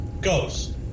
Ghost